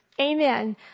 Amen